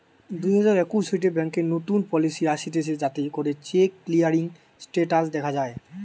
দুই হাজার একুশ হইতে ব্যাংকে নতুন পলিসি আসতিছে যাতে করে চেক ক্লিয়ারিং স্টেটাস দখা যায়